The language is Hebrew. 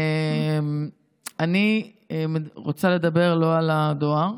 אני רוצה לדבר לא על הדואר,